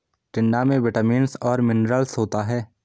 टिंडा में विटामिन्स और मिनरल्स होता है